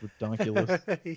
ridiculous